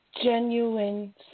Genuine